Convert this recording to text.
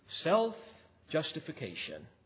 self-justification